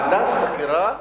ועדת חקירה בין-לאומית,